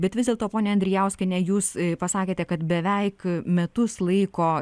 bet vis dėlto ponia andrijauskiene jūs pasakėte kad beveik metus laiko